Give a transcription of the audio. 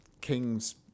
king's